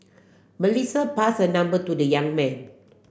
Melissa passed her number to the young man